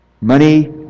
Money